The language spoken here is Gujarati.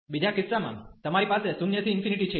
બીજા કિસ્સામાં તમારી પાસે 0 થી ∞ છે